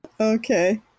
Okay